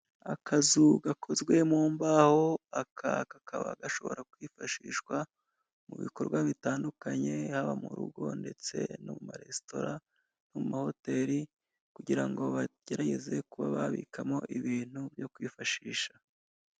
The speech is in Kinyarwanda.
Akazu gakozwe mumbaho aka kakaba gashobora kwifashishwa mubikorwa bitandukanye, haba murugo ndetse no mumarestora, mu mahoteri kugira ngo bagerageze kuba babikamo ibintu byo kwifashisha.